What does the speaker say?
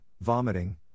vomiting